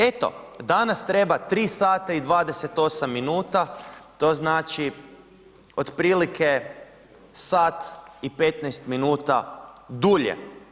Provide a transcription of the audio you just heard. Eto, danas treba 3 sata i 28 minuta, to znači otprilike sat i 15 minuta dulje.